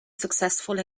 successful